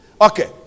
Okay